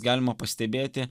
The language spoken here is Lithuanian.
galima pastebėti